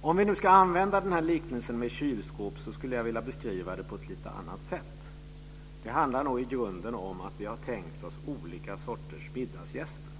Om vi nu ska använda liknelsen med kylskåp, skulle jag vilja beskriva det på ett lite annat sätt. I grunden handlar det nog om att vi har tänkt oss olika sorters middagsgäster.